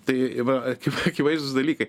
tai va aki akivaizdūs dalykai